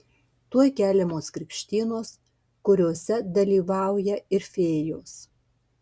tuoj keliamos krikštynos kuriose dalyvauja ir fėjos